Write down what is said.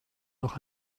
noch